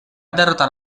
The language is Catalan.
derrotar